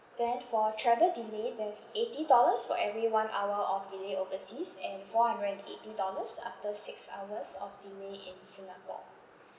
then for travel delay there's eighty dollars for every one hour of delay overseas and four hundred and eighty dollars after six hours of delay in singapore